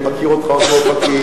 אני מכיר אותך עוד מאופקים,